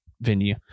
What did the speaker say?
venue